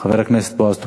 חבר הכנסת בועז טופורובסקי,